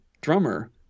drummer